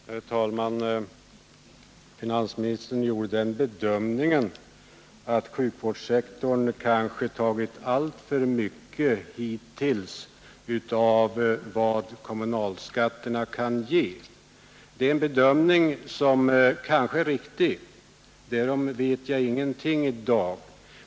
Herr talman! Finansministern gjorde den bedömningen att sjukvårdssektorn hittills tagit alltför mycket av vad kommunalskatterna kan ge. Den bedömningen är kanske riktig — därom vet jag ingenting i dag.